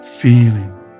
feeling